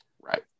Right